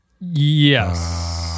Yes